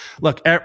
look